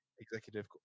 executive